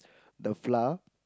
the flour